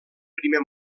primer